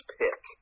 pick